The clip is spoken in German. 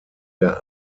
der